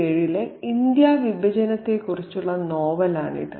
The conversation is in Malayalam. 1947 ലെ ഇന്ത്യാ വിഭജനത്തെക്കുറിച്ചുള്ള നോവലാണിത്